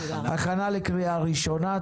הכנה לקריאה ראשונה.